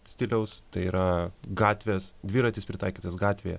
stiliaus tai yra gatvės dviratis pritaikytas gatvėje